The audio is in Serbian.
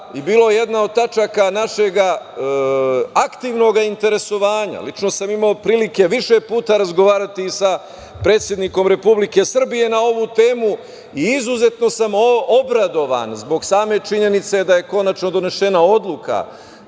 i bilo jedna od tačaka našega aktivnog interesovanja. Lično sam imao prilike više puta razgovarati i sa predsednikom Republike Srbije na ovu temu, i izuzetno sam obradovan zbog same činjenice da je konačno donešena odluka